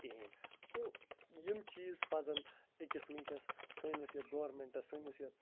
کِہیٖنۍ گوٚو یِم چیٖز پزن اَکِس وُنٛکیٚس سٲنِس یَتھ گورمیٚنٛٹس سٲنِس یَتھ